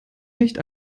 nicht